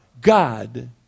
God